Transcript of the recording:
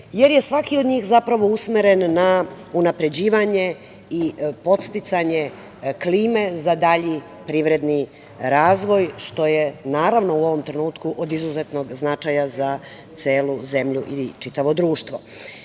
jer je svaki od njih zapravo usmeren na unapređivanje i podsticanje klime za dalji privredni razvoj, što je, naravno, u ovom trenutku od izuzetnog značaja za celu zemlju i čitavo društvo. Jedan